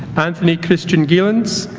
anthony christian gielens